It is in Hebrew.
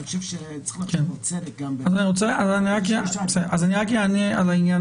צריך להיות גם צדק --- אני אענה רק על העניין